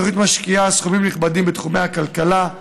בתוכנית מושקעים סכומים נכבדים בתחומי הכלכלה,